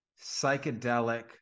psychedelic